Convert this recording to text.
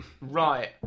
Right